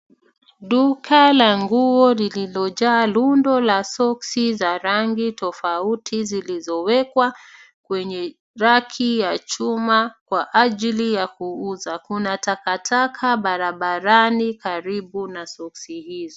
Duka la nguo lililojaa rundo la soksi za rangi tofauti zilizowekwa kwenye raki ya chuma kwa ajili ya kuuza. Kuna takataka barabarani karibu na soksi hizo.